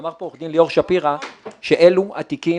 אמר פה עורך הדין ליאור שפירא שאלו התיקים